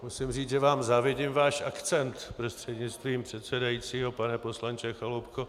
Musím říct, že vám závidím váš akcent, prostřednictvím předsedajícího pane poslanče Chaloupko.